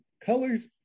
Colors